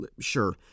Sure